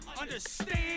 Understand